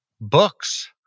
books